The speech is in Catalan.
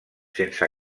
sense